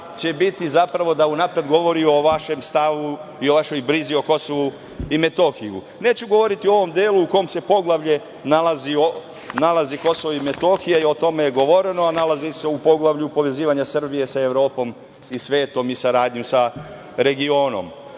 će biti zapravo da unapred govori o vašem stavu i vašoj brizi o Kosovu i Metohiji. Neću govoriti u ovom delu u kom se poglavlju nalazi Kosovo i Metohija, o tome je govoreno, a nalazi se u poglavlju povezivanja Srbije sa Evropom i svetom i saradnja sa regionom.